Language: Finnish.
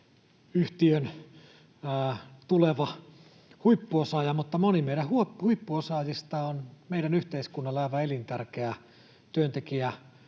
yhtiön tuleva huippuosaaja. Mutta moni meidän huippuosaajista on meidän yhteiskunnalle aivan elintärkeä työntekijä